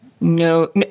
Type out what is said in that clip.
no